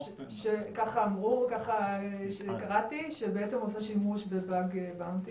אמרו וכך קראתי שעושה שימוש ב- Bug bounty.